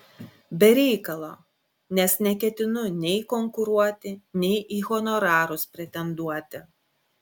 be reikalo nes neketinu nei konkuruoti nei į honorarus pretenduoti